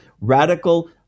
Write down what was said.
radical